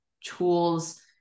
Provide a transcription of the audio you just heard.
tools